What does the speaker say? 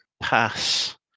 pass